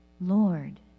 Lord